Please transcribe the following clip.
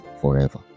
forever